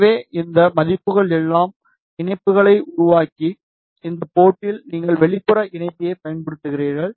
எனவே இந்த மதிப்புகள் எல்லா இணைப்புகளையும் உருவாக்கி இந்த போர்டில் நீங்கள் வெளிப்புற இணைப்பியைப் பயன்படுத்துகிறீர்கள்